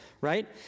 right